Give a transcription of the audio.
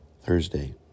Thursday